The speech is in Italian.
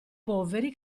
poveri